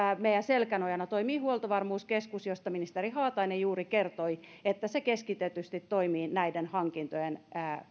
meidän selkänojana toimii huoltovarmuuskeskus josta ministeri haatainen juuri kertoi että se keskitetysti toimii näiden hankintojen